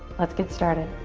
let's get started.